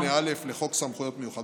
מוצע לתקן את סעיף 12(א)(8)(א) לחוק סמכויות מיוחדות